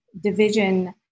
division